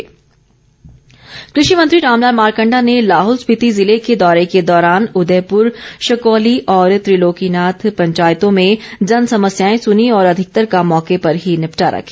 मारकंडा कृषि मंत्री रामलाल मारकंडा ने लाहौल स्पिति जिले के दौरे के दौरान उदयपुर शकौली और त्रिलोकीनाथ पँचायतों में जनसमस्याएं सुनीं और अधिकतर का मौके पर ही निपटारा किया